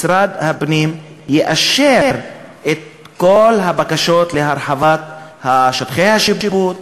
משרד הפנים יאשר את כל הבקשות להרחבת שטחי השיפוט,